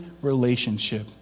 relationship